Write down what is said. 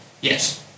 Yes